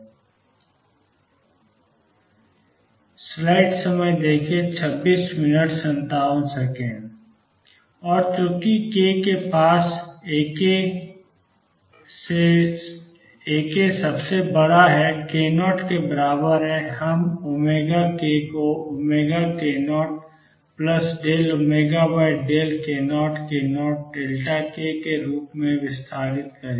और अब चूँकि K के पास A सबसे बड़ा है k0 के बराबर है हम ω को k0dωdkk0 Δk के रूप में विस्तारित करेंगे